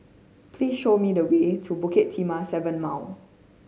please show me the way to Bukit Timah Seven Mile